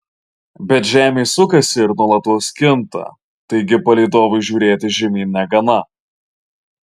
bet žemė sukasi ir nuolatos kinta taigi palydovui žiūrėti žemyn negana